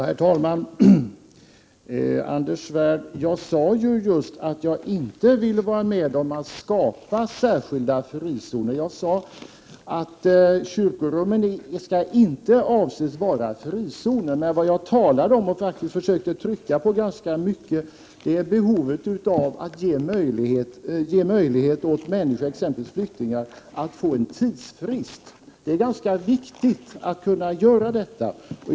Herr talman! Jag sade att jag inte ville vara med om att skapa särskilda frizoner, Anders Svärd. Kyrkorummen skall inte bli frizoner, men det som jag talade om och försökte betona var behovet av att ge möjlighet för människor, exempelvis flyktingar, att få en tidsfrist. Det är ganska viktigt att ge dem detta.